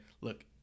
look